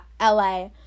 LA